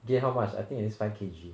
gain how much I think at least five K_G